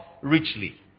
richly